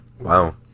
wow